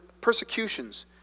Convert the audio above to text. persecutions